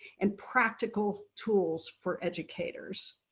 and practical tools for educators.